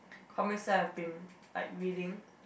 comics that I have been like reading